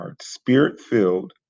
spirit-filled